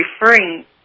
referring